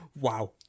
Wow